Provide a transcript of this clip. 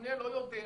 הממונה לא יודע.